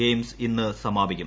games ഇന്ന് സമാപിക്കും